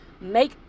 make